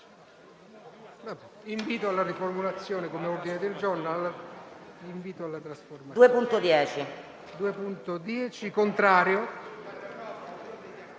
Invito alla trasformazione in ordine del giorno